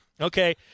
Okay